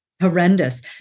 horrendous